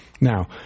Now